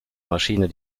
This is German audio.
maschine